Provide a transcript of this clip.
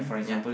ya